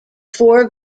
four